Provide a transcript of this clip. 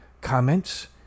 comments